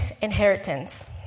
inheritance